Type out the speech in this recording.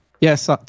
Yes